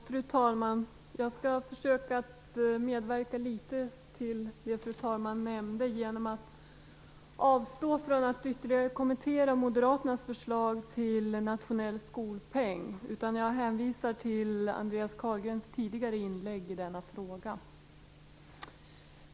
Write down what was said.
Fru talman! Jag skall försöka medverka litet till det fru talmannen nämnde genom att avstå från att ytterligare kommentera Moderaternas förslag till nationell skolpeng. Jag hänvisar till Andreas Carlgrens tidigare inlägg i den frågan.